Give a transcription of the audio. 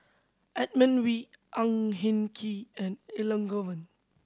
Edmund Wee Ang Hin Kee and Elangovan